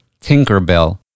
Tinkerbell